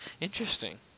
Interesting